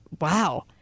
Wow